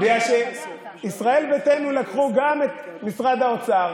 בגלל שישראל ביתנו לקחו גם את משרד האוצר